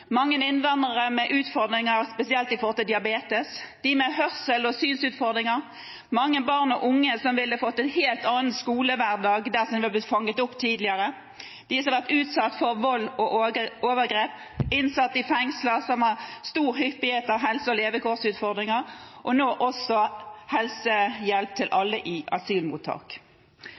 mange innvandrere med utfordringer når det gjelder spesielt diabetes, mange med hørsels- og synsutfordringer, mange barn og unge som ville fått en helt annen skolehverdag dersom de hadde blitt fanget opp tidligere, mange som har vært utsatt for vold og overgrep, innsatte i fengsler, som har stor hyppighet av helse- og levekårsutfordringer – og nå også helsehjelp til